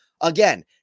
Again